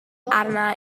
arna